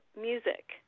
music